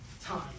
time